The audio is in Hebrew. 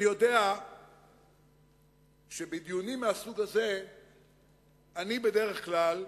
אני יודע שבדיונים מהסוג הזה אני בדרך כלל,